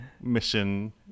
mission